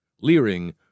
leering